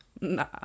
Nah